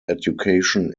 education